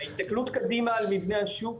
בהסתכלות קדימה על מבנה השוק,